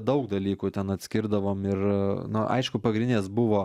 daug dalykų ten atskirdavom ir nu aišku pagrindinės buvo